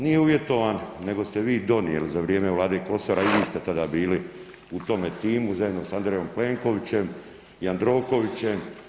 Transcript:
Nije uvjetovan, nego ste vi donijeli za vrijeme Vlade … [[ne razumije se]] i vi ste tada bili u tome timu zajedno sa Andrejom Plenkovićem, Jandrokovićem.